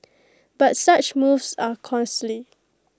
but such moves are costly